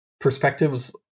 perspectives